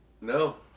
No